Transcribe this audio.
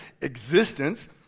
existence